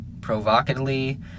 provocatively